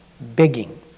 begging